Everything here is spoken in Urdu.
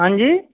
ہاں جی